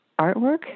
artwork